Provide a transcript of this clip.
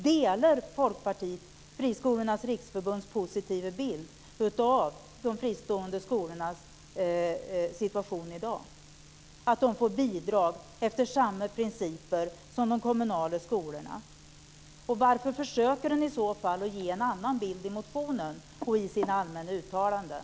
Delar Folkpartiet Friskolornas riksförbunds positiva bild av de fristående skolornas situation i dag, då de får bidrag efter samma principer som de kommunala skolorna? Varför försöker han i så fall att ge en annan bild i motionen och i sina allmänna uttalanden?